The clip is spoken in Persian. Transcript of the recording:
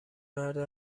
مرد